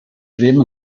ddim